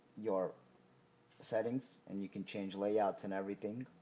your settings and you can change layouts and everything.